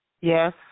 Yes